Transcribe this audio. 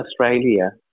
Australia